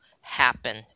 happen